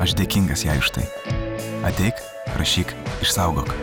aš dėkingas jai už tai ateik rašyk išsaugok